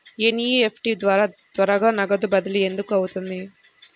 NEFT ద్వారా త్వరగా నగదు బదిలీ ఎందుకు అవుతుంది?